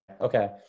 Okay